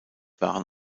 waren